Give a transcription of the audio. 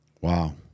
Wow